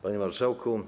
Panie Marszałku!